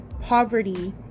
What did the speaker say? poverty